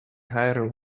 higher